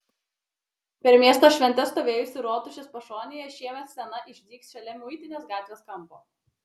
per miesto šventes stovėjusi rotušės pašonėje šiemet scena išdygs šalia muitinės gatvės kampo